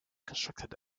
constructed